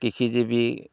কৃষিজীৱি